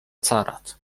carat